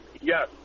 Yes